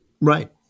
right